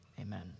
Amen